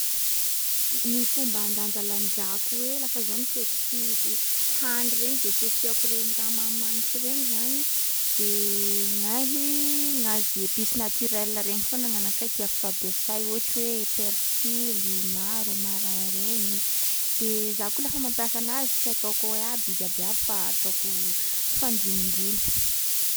Ny fomba handanjalanjako hoe lafa zaho miketriky i si- hany regny de asiasiàko regny raha manimanitsy regny zany. De gnahy na zay épice naturelles regny foana n'anakahy tiako fampiasay ohatry hoe persily na romarin regny, de za koa laha mampiasa anazy tsy ataoko ao aby izy abiaby fa ataoko fandimbindimby.